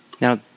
Now